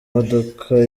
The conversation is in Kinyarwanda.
modoka